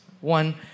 One